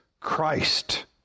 Christ